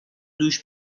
دوش